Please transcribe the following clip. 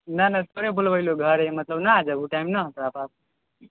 नहि नहि तोरे बोलबे भए रही मतलब ने जे टाइम नहि हँ तोरा पास